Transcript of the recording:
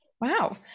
Wow